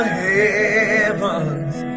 heavens